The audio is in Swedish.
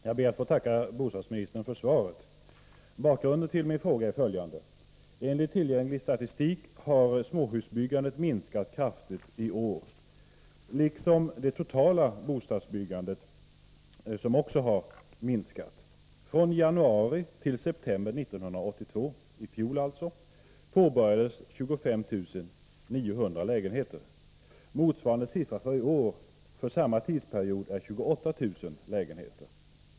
Herr talman! Jag ber att få tacka bostadsministern för svaret. Bakgrunden till min fråga är följande. Enligt tillgänglig statistik har småhusbyggandet minskat kraftigt i år, liksom det totala bostadsbyggandet, som också har minskat. Från januari till september 1982 —i fjol alltså — påbörjades 25 900 lägenheter. Motsvarande siffra för samma tidsperiod i år är 28 000 lägenheter.